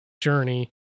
journey